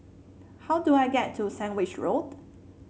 how do I get to Sandwich Road